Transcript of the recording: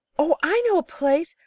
oh, i know a place,